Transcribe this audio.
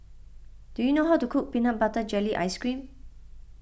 do you know how to cook Peanut Butter Jelly Ice Cream